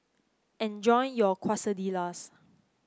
enjoy your Quesadillas